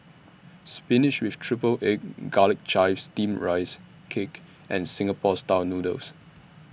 Spinach with Triple Egg Garlic Chives Steamed Rice Cake and Singapore Style Noodles